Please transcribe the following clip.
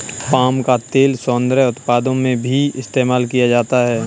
palm का तेल सौन्दर्य उत्पादों में भी इस्तेमाल किया जाता है